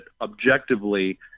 objectively